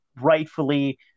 rightfully